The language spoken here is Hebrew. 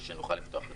ושנוכל לפתוח את המשק.